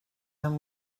amb